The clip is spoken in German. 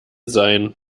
sein